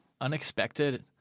unexpected